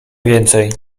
więcej